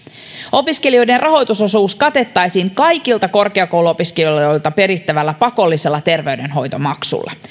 opiskelijoiden rahoitusosuus katettaisiin kaikilta korkeakouluopiskelijoilta perittävällä pakollisella terveydenhoitomaksulla